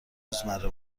روزمره